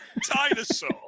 dinosaur